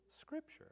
Scripture